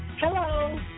Hello